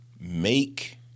Make